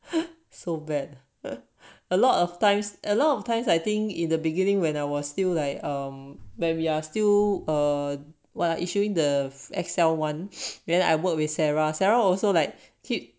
so bad ah a lot of times a lot of times I think in the beginning when I was still like um when we are still or what are issuing the excel [one] then I work with sarah sarah also like keep